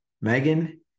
Megan